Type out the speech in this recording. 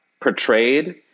portrayed